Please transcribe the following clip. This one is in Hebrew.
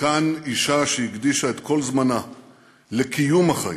מכאן, אישה שהקדישה את כל זמנה לקיום החיים,